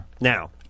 Now